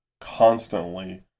constantly